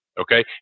okay